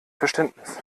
verständnis